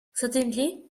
suddenly